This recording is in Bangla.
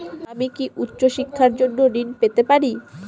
আমি কি উচ্চ শিক্ষার জন্য ঋণ পেতে পারি?